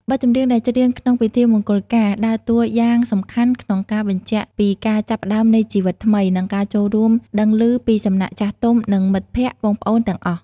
បទចម្រៀងដែលច្រៀងក្នុង "ពិធីមង្គលការ" ដើរតួយ៉ាងសំខាន់ក្នុងការបញ្ជាក់ពីការចាប់ផ្តើមនៃជីវិតថ្មី និងការចូលរួមដឹងឮពីសំណាក់ចាស់ទុំ និងមិត្តភក្តិបងប្អូនទាំងអស់។